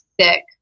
sick